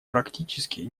практически